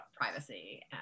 privacy